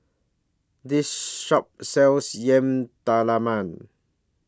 This Shop sells Yam Talam Man